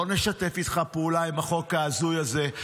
לא נשתף איתך פעולה עם החוק ההזוי הזה.